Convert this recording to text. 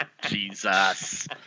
Jesus